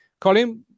Colin